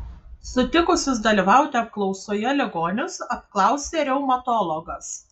sutikusius dalyvauti apklausoje ligonius apklausė reumatologas